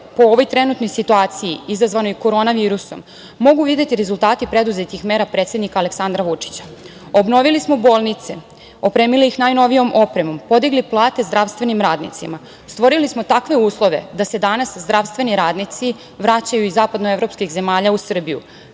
po ovoj trenutnoj situaciji izazvanoj korona virusom mogu videti rezultati preduzetih mera predsednika Aleksandra Vučića – obnovili smo bolnice, opremili ih najnovijom opremom, podigli plate zdravstvenim radnicima, stvorili smo takve uslove da se danas zdravstveni radnici vraćaju iz zapadnoevropskih zemalja u Srbiju.